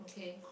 okay